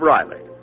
Riley